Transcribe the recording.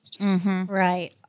Right